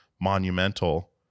monumental